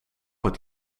het